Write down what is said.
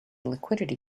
liquidity